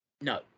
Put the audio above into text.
No